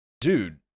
Dude